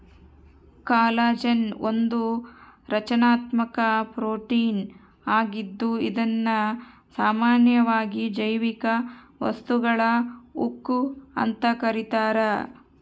collagen ಒಂದು ರಚನಾತ್ಮಕ protein ಆಗಿದ್ದು ಇದುನ್ನ ಸಾಮಾನ್ಯವಾಗಿ ಜೈವಿಕ ವಸ್ತುಗಳ ಉಕ್ಕು ಅಂತ ಕರೀತಾರ